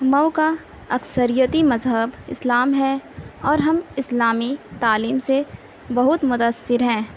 مئو کا اکثریتی مذہب اسلام ہے اور ہم اسلامی تعلیم سے بہت مدثر ہیں